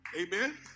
Amen